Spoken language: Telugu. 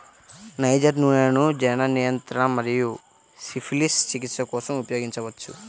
నైజర్ నూనెను జనన నియంత్రణ మరియు సిఫిలిస్ చికిత్స కోసం ఉపయోగించవచ్చు